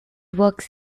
works